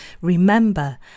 Remember